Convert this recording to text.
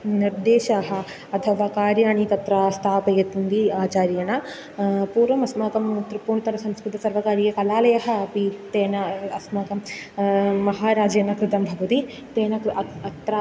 निर्देशाः अथवा कार्याणि तत्र स्थापयन्ति आचार्येण पूर्वम् अस्माकं त्रिपूर्णितरसंस्कृतसर्वकारीयकलालयः अपि तेन अस्माकं महाराजेन कृतं भवति तेन तु अत्र